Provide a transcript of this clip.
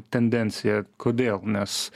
tendencija kodėl nes